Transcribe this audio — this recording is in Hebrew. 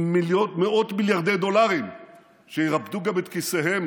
עם מאות מיליארדי דולרים שירפדו גם את כיסיהם